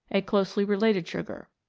a closely related sugar.